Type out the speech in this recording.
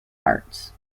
arts